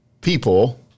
people